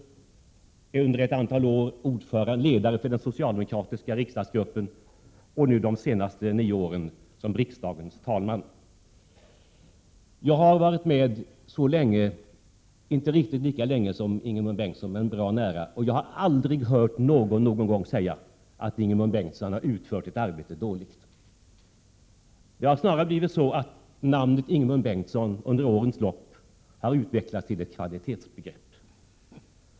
Under ett antal år var han ledare för socialdemokratiska riksdagsgruppen och nu de senaste åren riksdagens talman. Jag har varit med länge — inte riktigt lika länge som Ingemund Bengtsson, men bra nära — och jag har aldrig hört någon någonsin säga att Ingemund Bengtsson har utfört ett arbete dåligt. Det har snarare blivit så att namnet Ingemund Bengtsson under årens lopp har utvecklats till ett kvalitetsbegrepp.